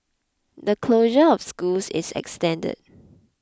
the closure of schools is extended